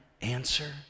answer